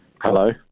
Hello